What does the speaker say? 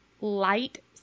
light